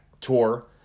tour